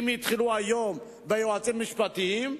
אם התחילו היום ביועצים משפטיים,